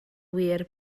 wir